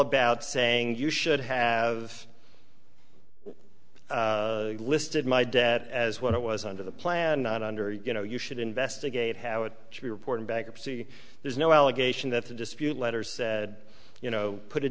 about saying you should have listed my debt as what it was under the plan not under you know you should investigate how it should be reported bankruptcy there's no allegation that a dispute letter said you know put